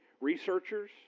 Researchers